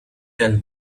tell